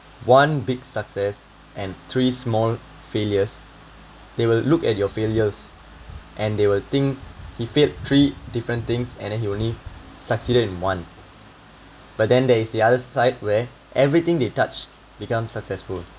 one big success and three small failures they will look at your failures and they will think he failed three different things and then he only succeeded in one but then there is the other side where everything they touch become successful